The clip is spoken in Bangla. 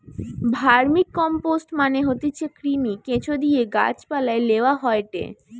ভার্মিকম্পোস্ট মানে হতিছে কৃমি, কেঁচোদিয়ে গাছ পালায় লেওয়া হয়টে